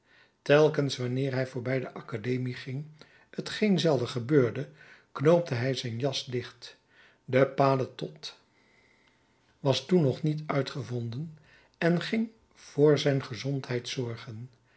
telkens wanneer hij voorbij de academie ging t geen zelden gebeurde knoopte hij zijn jas dicht de paletot was toen nog niet uitgevonden en ging voor zijn